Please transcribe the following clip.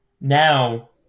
Now